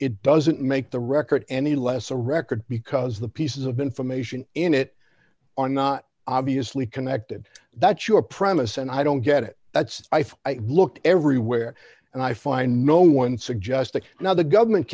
it doesn't make the record any less a record because the pieces of information in it are not obviously connected that's your premise and i don't get it that's why i looked everywhere and i find no one suggesting now the government